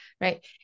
right